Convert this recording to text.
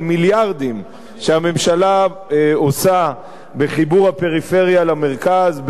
מיליארדים שהממשלה משקיעה בחיבור הפריפריה למרכז,